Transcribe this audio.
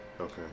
Okay